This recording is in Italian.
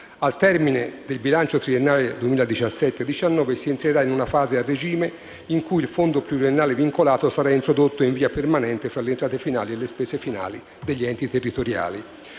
Al termine del bilancio triennale 2017-2019 si entrerà in una fase a regime in cui il fondo pluriennale vincolato sarà introdotto in via permanente fra le entrate finali e le spese finali degli enti territoriali.